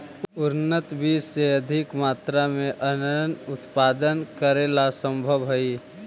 उन्नत बीज से अधिक मात्रा में अन्नन उत्पादन करेला सम्भव हइ